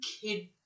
kid